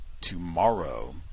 tomorrow